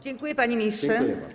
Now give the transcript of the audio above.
Dziękuję, panie ministrze.